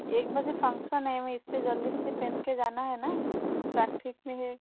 एक बजे फंक्सन है मैं इससे जल्दी मुझे पहन के जाना है ना ट्रैफिक भी है